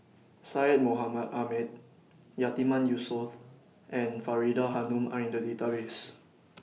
Syed Mohamed Ahmed Yatiman Yusof and Faridah Hanum Are in The Database